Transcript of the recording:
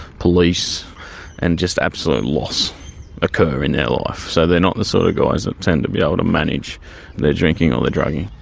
police and just absolute loss occur in their life. so they are not the sort of guys that tend to be able to manage their drinking or their drugging.